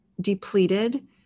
depleted